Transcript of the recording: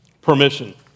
permission